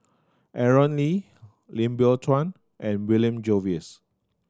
Aaron Lee Lim Biow Chuan and William Jervois